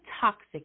toxic